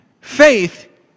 Faith